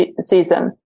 season